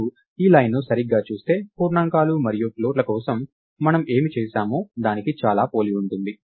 మీరు ఈ లైన్ను సరిగ్గా చూస్తే పూర్ణాంకాలు మరియు ఫ్లోట్ల కోసం మనం ఏమి చేసామో దానికి చాలా పోలి ఉంటుంది